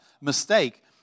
mistake